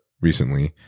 recently